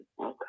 Okay